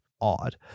Odd